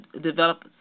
develop